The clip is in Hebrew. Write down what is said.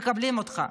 מקבלים אותך.